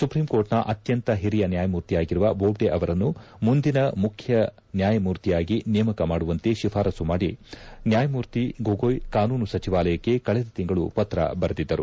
ಸುಪ್ರೀಂಕೋರ್ಟ್ನ ಅತ್ಯಂತ ಹಿರಿಯ ನ್ಯಾಯಮೂರ್ತಿಯಾಗಿರುವ ಬೋದ್ದೆ ಅವರನ್ನು ಮುಂದಿನ ಮುಖ್ಯ ನ್ಞಾಯಮೂರ್ತಿಯಾಗಿ ನೇಮಕ ಮಾಡುವಂತೆ ಶಿಫಾರಸ್ಸು ಮಾಡಿ ನ್ಯಾಯಮೂರ್ತಿ ಗೋಗೊಯ್ ಕಾನೂನು ಸಚಿವಾಲಯಕ್ಕೆ ಕಳೆದ ತಿಂಗಳು ಪತ್ರ ಬರೆದಿದ್ದರು